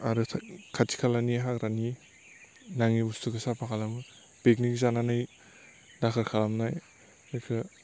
आरो खाथि खालानि हाग्रानि नाङै बुस्थुखौ साफा खालामो पिकनिक जानानै दाखोर खालामनाय बेखौ